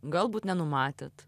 galbūt nenumatėt